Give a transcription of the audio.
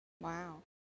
Wow